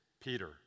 Peter